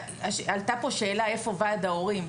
עלתה פה שאלה איפה ועד ההורים?